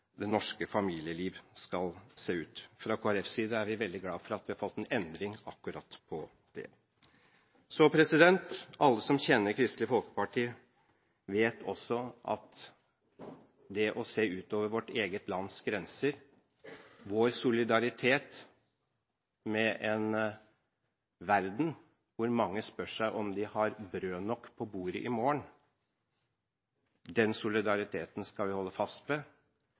det norske familieliv skal se ut. Fra Kristelig Folkepartis side er vi veldig glad for at vi har fått en endring på akkurat dette. Alle som kjenner Kristelig Folkeparti, vet også at det å se utover vårt eget lands grenser i solidaritet med en verden hvor mange spør seg om de har brød nok på bordet i morgen – den solidariteten skal vi holde fast ved.